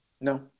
No